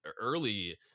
early